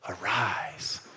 Arise